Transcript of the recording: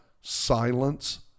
silence